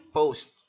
post